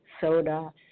soda